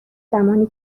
زمانی